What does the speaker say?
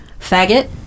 faggot